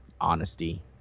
honesty